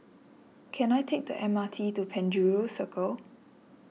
can I take the M R T to Penjuru Circle